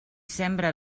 sembra